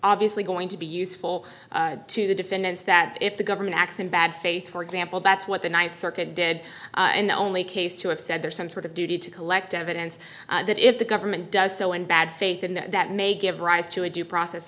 obviously going to be useful to the defendants that if the government acts in bad faith for example that's what the ninth circuit did and the only case to have said there's some sort of duty to collect evidence that if the government does so in bad faith and that may give rise to a due process